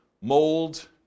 mold